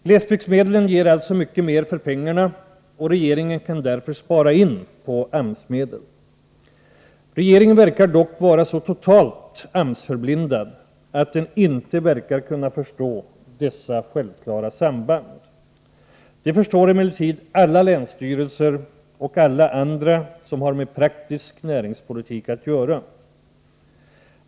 Glesbygdsmedlen ger alltså mycket mer för pengarna, och regeringen kan därför spara in på AMS-medel. Regeringen verkar dock vara så totalt AMS-förblindad, att den inte kan förstå dessa självklara samband. Det förstår emellertid alla länsstyrelser och alla andra som har med praktisk näringspolitik att göra.